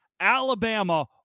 Alabama